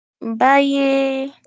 Bye